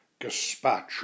gazpacho